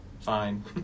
fine